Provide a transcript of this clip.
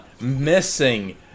missing